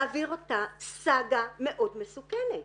להעביר אותה סאגה מאוד מסוכנת.